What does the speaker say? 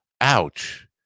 Ouch